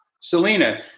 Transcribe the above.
Selena